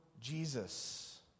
Jesus